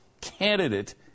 candidate